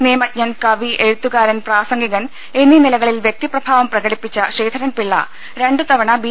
നിയമജ്ഞൻ കവി എഴുത്തുകാരൻ പ്രാസംഗികൻ എന്നീ നിലകളിൽ വൃക്തിപ്രഭാവം പ്രകടിപ്പിച്ച ശ്രീധരൻപിള്ള രണ്ടുതവണ ബി